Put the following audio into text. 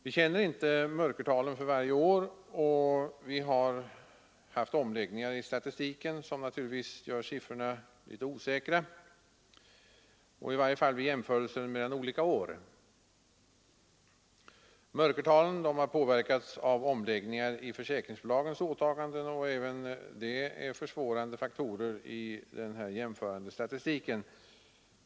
Vi känner inte mörkertalen för varje år, och vi har haft omläggningar i statistiken, som naturligtvis gör siffrorna osäkra, i varje fall vid jämförelser mellan olika år. Mörkertalen har påverkats av omläggningar i försäkringsbolagens åtaganden, och även detta är försvårande faktorer i den jämförande statistiken.